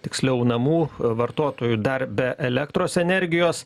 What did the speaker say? tiksliau namų vartotojų dar be elektros energijos